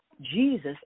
Jesus